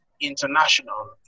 International